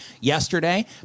yesterday